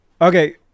Okay